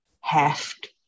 heft